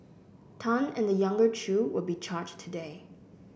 Tan and the younger Chew will be charged today